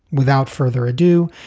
without further ado,